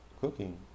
cooking